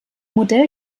modell